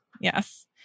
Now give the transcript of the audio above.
Yes